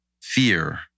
fear